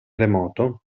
remoto